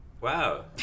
Wow